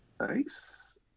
nice